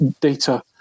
data